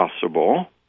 possible